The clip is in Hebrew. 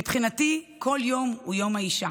מבחינתי, כל יום הוא יום האישה.